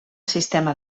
sistema